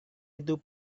itu